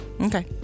Okay